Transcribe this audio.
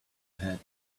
hat